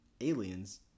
aliens